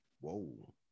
Whoa